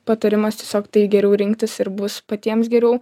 patarimas tiesiog tai geriau rinktis ir bus patiems geriau